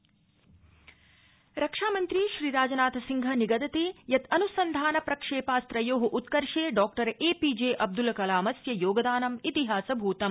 रक्षामन्त्री रक्षामन्त्री श्रीराजनाथसिंह निगदति यत् अनुसन्धान प्रक्षेपास्त्रयो उत्कर्षे डॉ एपीजे अब्द्ल कलामस्य योगदानम् इतिहासभूतम्